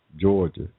Georgia